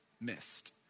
missed